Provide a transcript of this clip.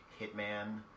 Hitman